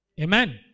Amen